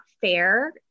fair